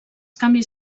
canvis